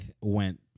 went